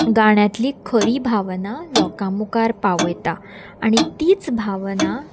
गाण्यांतली खरी भावनां लोकां मुखार पावयता आनी तीच भावनां